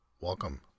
Welcome